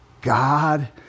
God